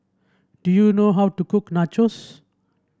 do you know how to cook Nachos